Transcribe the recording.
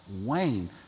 Wayne